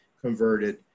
converted